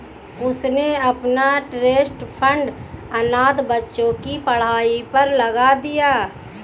उसने अपना trust fund अनाथ बच्चों की पढ़ाई पर लगा दिया